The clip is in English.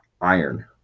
iron